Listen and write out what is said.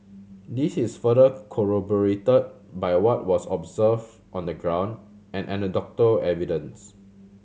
this is further corroborated by what was observed on the ground and anecdotal evidence